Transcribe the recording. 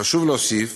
חשוב להוסיף